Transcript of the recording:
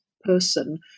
person